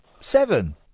Seven